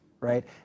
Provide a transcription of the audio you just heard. right